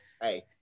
hey